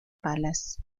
palace